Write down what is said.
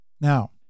Now